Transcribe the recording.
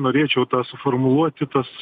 norėčiau tą formuluoti tas